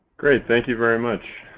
great. thank you very much.